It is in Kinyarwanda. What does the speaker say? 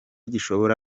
gishobora